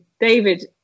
David